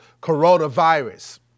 coronavirus